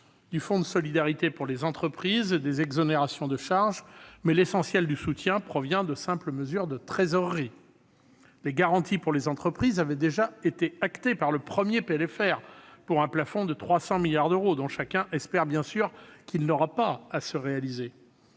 du fonds de solidarité pour les entreprises et des exonérations de charges, mais l'essentiel du soutien provient de simples mesures de trésorerie. Les garanties pour les entreprises avaient déjà été entérinées par le premier PLFR, avec un plafond de 300 milliards d'euros, dont chacun espère bien sûr qu'il n'aura pas lieu